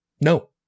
No